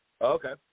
Okay